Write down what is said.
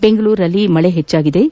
ಬೆಂಗಳೂರಿನಲ್ಲಿ ಮಳೆ ಹೆಚ್ಚಾಗಿದ್ದು